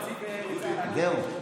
זהו,